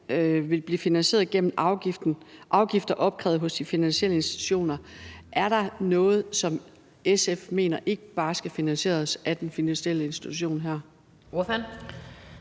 vil blive finansieret gennem afgifter opkrævet hos de finansielle institutioner. Er der noget her, som SF mener ikke bare skal finansieres af den finansielle institution?